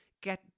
get